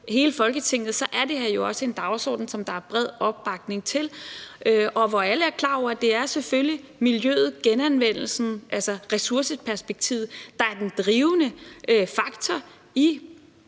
hele Folketinget, er det her jo også en dagsorden, der er bred opbakning til, og hvor alle er klar over, at det selvfølgelig er miljøet og ressource- og genanvendelsesperspektivet, der er den drivende faktor i